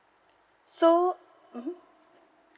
so mmhmm